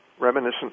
Reminiscent